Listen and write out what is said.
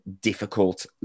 difficult